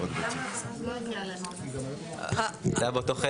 היה באותו חדר.